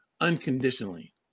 unconditionally